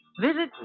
Visit